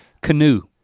canoe.